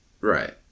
Right